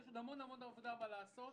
יש עוד המון עבודה ויש מה לעשות.